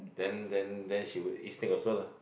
then then then she would eat also lah